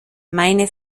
meine